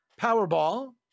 Powerball